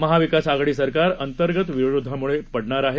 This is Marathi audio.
महाविकास आघाडी सरकार अंतर्गत विरोधामुळे पडणार आहे